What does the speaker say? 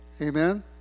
Amen